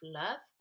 love